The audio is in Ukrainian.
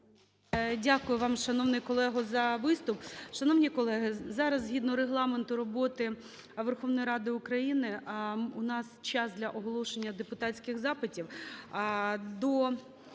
Дякую вам, шановний колего, за виступ. Шановні колеги, зараз, згідно Регламенту роботи Верховної Ради України, у нас час для оголошення депутатських запитів.